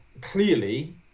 clearly